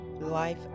life